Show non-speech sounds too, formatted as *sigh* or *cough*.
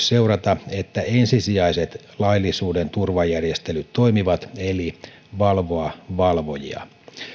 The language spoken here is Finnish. *unintelligible* seurata että ensisijaiset laillisuuden turvajärjestelyt toimivat eli valvoa valvojia